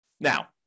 Now